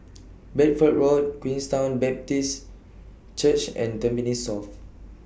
Bedford Road Queenstown Baptist Church and Tampines South